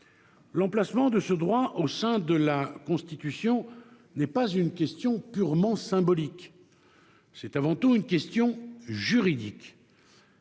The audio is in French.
L'emplacement de ce droit au sein de la Constitution n'est pas une question purement symbolique. C'est avant tout une question juridique.